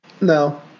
No